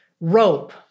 rope